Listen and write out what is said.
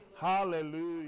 Hallelujah